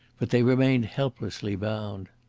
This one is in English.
but they remained helplessly bound.